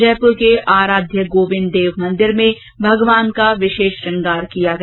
जयपुर के अराध्य गोविंद देव मंदिर में भगवान का विशेष श्रंगार किया गया